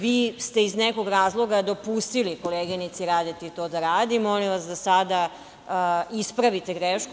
Vi ste iz nekog razloga dopustili koleginici Radeti da radi, molim vas da sada ispravite grešku.